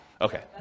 Okay